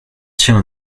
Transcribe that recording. tient